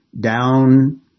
down